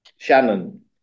Shannon